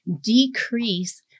decrease